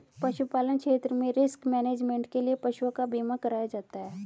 पशुपालन क्षेत्र में रिस्क मैनेजमेंट के लिए पशुओं का बीमा कराया जाता है